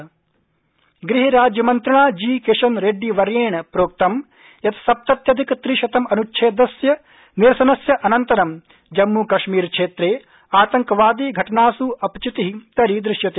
जम्मू कश्मीर पर्यटन गुह राज्मन्त्रिणा जीकिशन रेड्डी वर्येण प्रोक्त यत् सप्तत्यधिक त्रिशतम् अनुच्छेदस्य निरसनस्य अनन्तर जम्मू कश्मीर क्षेत्रे आतंकवादी घटनासु अपचिति दरीदृश्यते